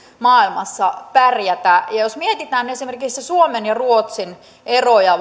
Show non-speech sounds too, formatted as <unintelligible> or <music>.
maailmassa pärjätä ja jos mietitään esimerkiksi suomen ja ruotsin eroja <unintelligible>